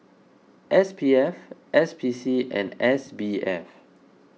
S P F S P C and S B F